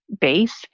base